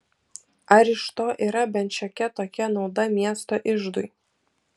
ar iš to yra bent šiokia tokia nauda miesto iždui